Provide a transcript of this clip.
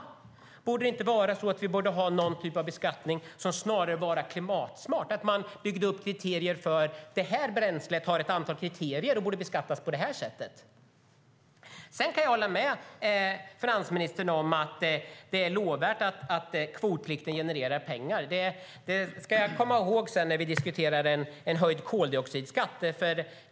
Borde det inte vara så att vi hade någon typ av beskattning som snarare var klimatsmart - att man satte upp system för att ett bränsle har ett antal kriterier och borde beskattas på ett visst sätt? Sedan kan jag hålla med finansministern om att det är lovvärt att kvotplikten genererar pengar. Det ska jag komma ihåg sedan när vi diskuterar en höjd koldioxidskatt.